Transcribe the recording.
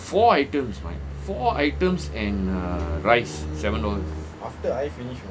four items four items and uh rice seven dollars